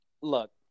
look